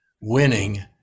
winning